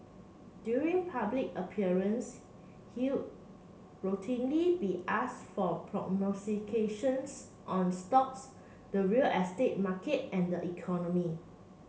during public appearance he'll routinely be ask for prognostications on stocks the real estate market and the economy